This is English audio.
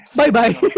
bye-bye